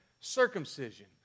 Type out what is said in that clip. circumcision